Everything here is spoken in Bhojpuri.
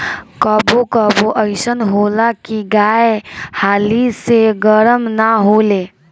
कबो कबो अइसन होला की गाय हाली से गरम ना होले